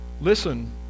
listen